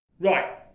Right